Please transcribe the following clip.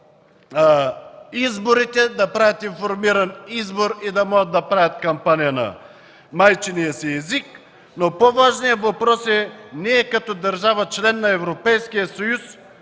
изборите, да правят информиран избор и да могат да правят кампания на майчиния си език. Но по-важният въпрос е ние като държава – член на Европейския съюз,